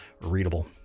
readable